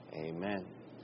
Amen